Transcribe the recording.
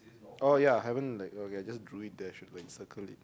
oh ya haven't like okay I just drew it there should like circle it